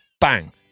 bang